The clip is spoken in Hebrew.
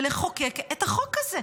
ולחוקק את החוק הזה.